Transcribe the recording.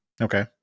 Okay